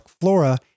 flora